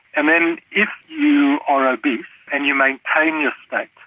and then if you are obese and you maintain your state,